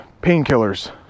Painkillers